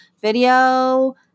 video